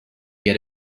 get